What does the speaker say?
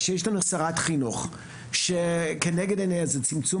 שרת חינוך ששמה לנגד עיניה את העניין של צמצום